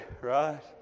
right